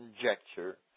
conjecture